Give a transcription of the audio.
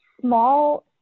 small